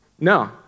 No